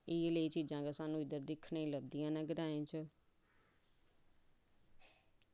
एह् जेही चीजां गै दिक्खने गी लभदियां न ग्रांऐं च